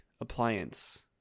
appliance